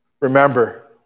Remember